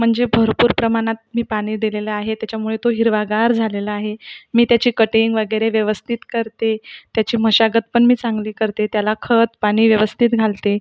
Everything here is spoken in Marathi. म्हणजे भरपूर प्रमाणात मी पाणी दिलेलं आहे त्याच्यामुळे तो हिरवागार झालेला आहे मी त्याची कटींग वगैरे व्यवस्थित करते त्याची मशागत पण मी चांगली करते त्याला खतपाणी व्यवस्थित घालते